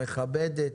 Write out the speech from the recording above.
מכבדת.